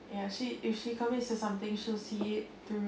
ya she if she commits to something so she'll see it through